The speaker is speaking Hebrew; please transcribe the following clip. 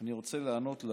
אני רוצה לענות לה.